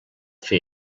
fer